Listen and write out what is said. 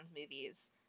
movies